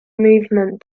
movement